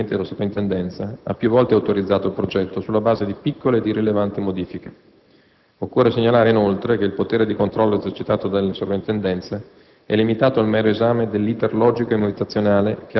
È il caso di sottolineare che il Comune, nonostante i provvedimenti della Soprintendenza, ha più volte autorizzato il progetto sulla base di piccole ed irrilevanti modifiche. Occorre segnalare, inoltre, che il potere di controllo esercitato dalle Soprintendenze